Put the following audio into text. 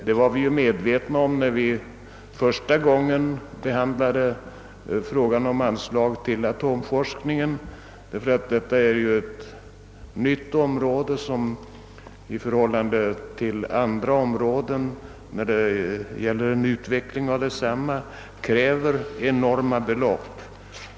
Det var vi medvetna om när vi första gången behandlade frågan om anslag till atomforskningen. Detta är ju ett nytt område som när det gäller utveckling kräver enorma belopp i förhållande till andra områden.